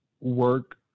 work